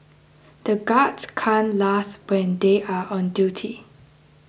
the guards can't laugh when they are on duty